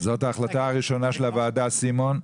זאת ההחלטה הראשונה של הוועדה, סימון.